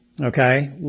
okay